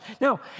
Now